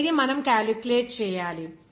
అనేది మనము క్యాలిక్యులేట్ చేయాలి